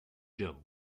joe